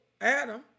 Adam